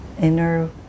inner